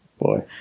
Boy